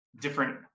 different